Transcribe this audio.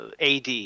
AD